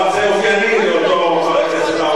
אבל זה אופייני לאותו חבר כנסת,